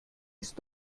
ist